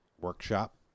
Workshop